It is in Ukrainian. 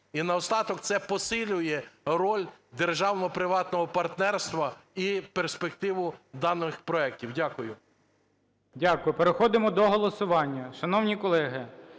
І наостанок, це посилює роль державного приватного партнерства і перспективу даних проектів. Дякую. ГОЛОВУЮЧИЙ. Дякую. Переходимо до голосування. Шановні колеги,